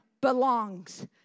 belongs